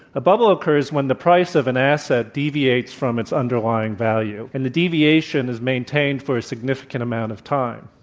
a bubble occurs when the price of an asset deviates from its underlying value and the deviation is maintained for a significant amount of time.